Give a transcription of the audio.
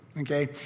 okay